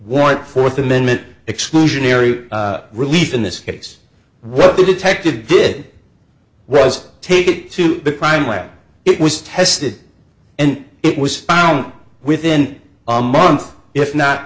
warrant fourth amendment exclusionary relief in this case what the detective did was take it to the crime lab it was tested and it was found within a month if not